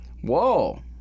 Whoa